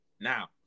now